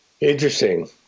Interesting